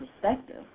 perspective